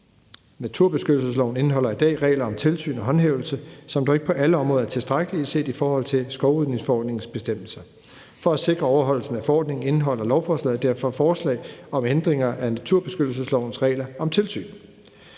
Naturbeskyttelsesloven indeholder i dag regler om tilsyn og håndhævelse, som dog ikke på alle områder er tilstrækkelige set i forhold til skovrydningsforordningens bestemmelser. For at sikre overholdelsen af forordningen indeholder lovforslaget derfor forslag om ændringer af naturbeskyttelseslovens regler om tilsyn.